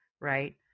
right